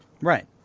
Right